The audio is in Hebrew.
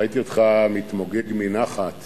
ראיתי אותך מתמוגג מנחת